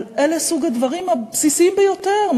זה סוג הדברים הבסיסיים ביותר,